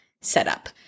setup